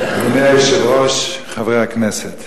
אדוני היושב-ראש, חברי הכנסת,